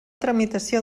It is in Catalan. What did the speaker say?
tramitació